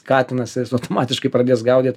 katinas jis automatiškai pradės gaudyt